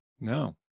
no